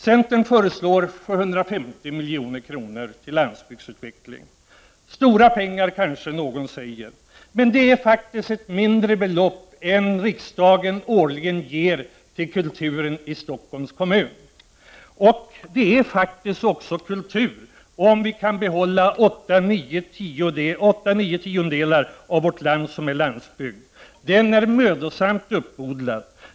Centern föreslår 750 milj.kr. till landsbygdsutveckling. Stora pengar, kanske någon säger. Men det är faktiskt ett mindre belopp än riksdagen årligen ger till kulturen i Stockholms kommun. Det är kultur om vi kan behålla de åtta-nio tiondelar av vårt land som är landsbygd. Den är mödosamt uppodlad.